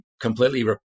completely